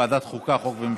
לי: ועדת החוקה, חוק ומשפט.